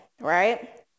right